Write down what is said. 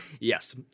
Yes